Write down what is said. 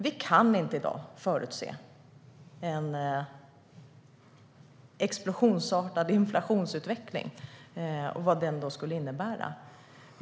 Vi kan inte i dag förutse en explosionsartad inflationsutveckling och vad en sådan skulle innebära.